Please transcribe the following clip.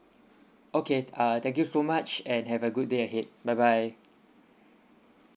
okay uh thank you so much and have a good day ahead bye bye